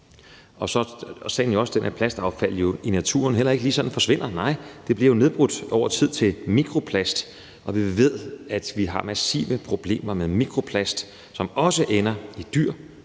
Og så er sagen jo også den, at plastaffald i naturen heller ikke sådan lige forsvinder. Nej, det bliver jo nedbrudt over tid til mikroplast. Og vi ved, at vi har massive problemer med mikroplast, som også ender i dyr